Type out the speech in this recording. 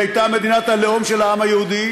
היא הייתה מדינת הלאום של העם היהודי